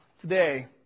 today